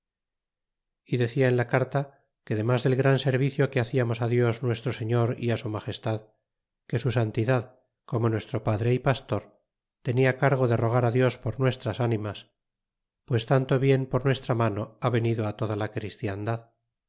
y decía en la carta que demas del gran servicio que hacíamos dios nuestro señor y á su magestad que su santidad como nuestro padre y pastor tenia cargo de rogar dios por nuestras animas pues tanto bien por nuestra mano ha venido toda la christiandad